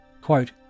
Quote